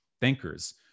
thinkers